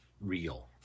real